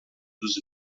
dos